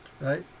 Right